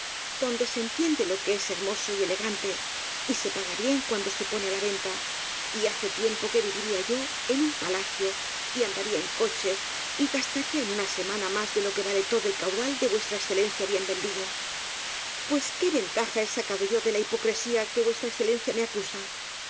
donde se entiende lo que es hermoso y elegante y se paga bien cuando se pone á la venta y hace tiempo que viviría yo en un palacio y andaría en coche y gastaría en una semana más de lo que vale todo el caudal de v e bien vendido pues qué ventaja he sacado yo de la hipocresía de que v e me acusa